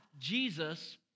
Jesus